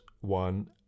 one